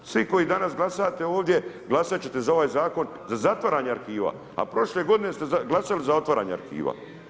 Svi koji danas glasate ovdje, glasat ćete za ovaj zakon za zatvaranje arhiva, a prošle godine ste glasali za otvaranje arhiva.